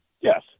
Yes